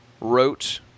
wrote